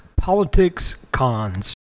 PoliticsCons